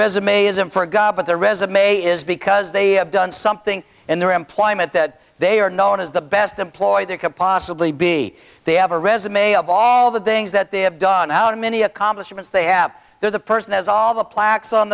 resumes in for a job but their resume is because they have done something in their employment that they are known as the best employee there could possibly be they have a resume of all the things that they have done out of many accomplishments they have there the person has all the plaques on